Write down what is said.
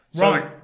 Right